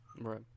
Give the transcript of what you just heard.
right